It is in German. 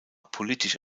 politisch